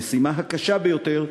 למשימה הקשה ביותר,